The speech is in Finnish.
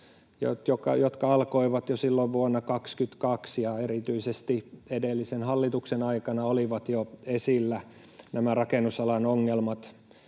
joka alkoi jo silloin vuonna 22. Erityisesti edellisen hallituksen aikana olivat jo esillä nämä rakennusalan ongelmat,